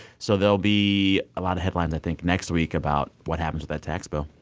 so there'll be a lot of headlines, i think, next week about what happens with that tax bill.